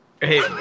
Hey